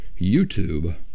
YouTube